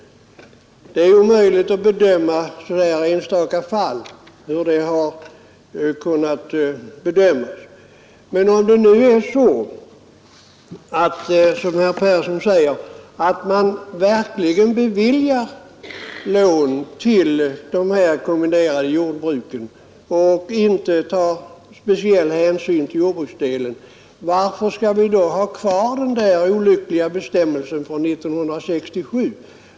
Det är omöjligt att avgöra vilka bedömningar man gjort i enstaka fall. Men om det är så, som herr Persson i Skänninge säger, att man verkligen beviljar lån till dessa kombinerade jordbruk och inte tar speciell hänsyn till jordbruksdelen, varför skall vi då ha kvar denna olyckliga bestämmelse från 1967?